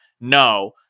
No